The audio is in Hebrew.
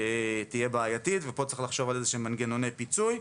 תהיה בעייתית, ופה צריך לחשוב על מנגנוני פיצוי.